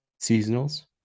seasonals